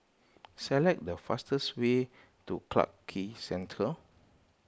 select the fastest way to Clarke Quay Central